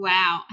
Wow